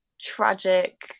tragic